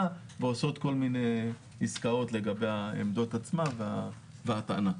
ועושות כל מיני עסקאות לגבי העמדות עצמן וההטענה.